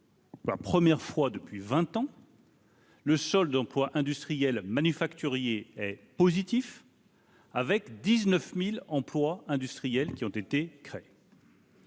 La première fois depuis 20 ans. Le solde d'emplois industriels manufacturiers positif. Avec 19000 emplois industriels qui ont été crées.